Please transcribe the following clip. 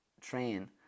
train